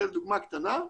דוגמה קטנה.